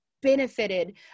benefited